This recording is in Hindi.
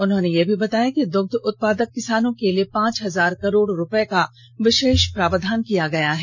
उन्होंने बताया कि दृग्ध उत्पादक किसानों के लिए पांच हजार करोड रूपये का विशेष प्रावधान किया गया है